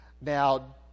Now